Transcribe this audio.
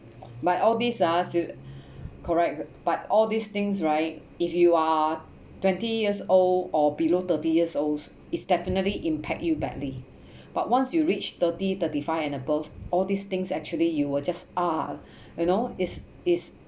but all these ah if you correct but all these things right if you are twenty years old or below thirty years olds it definitely impact you badly but once you reach thirty thirty five and above all these things actually you will just uh you know is is